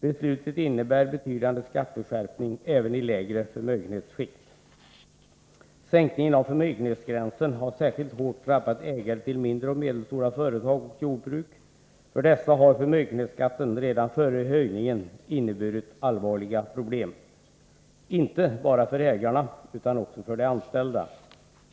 Beslutet innebär betydande skatteskärpning även i lägre förmögenhetsskikt. Sänkningen av förmögenhetsgränsen har särskilt hårt drabbat ägare till mindre och medelstora företag och jordbruk. För dessa har förmögenhetsskatten redan före höjningen inneburit allvarliga problem, inte bara för ägarna utan också för de anställda.